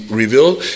revealed